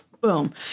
Boom